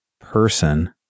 person